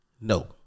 No